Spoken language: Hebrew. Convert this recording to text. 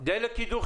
הוא